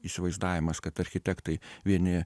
įsivaizdavimas kad architektai vieni